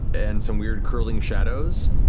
and some weird curling shadows,